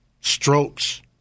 strokes